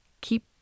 keep